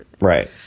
right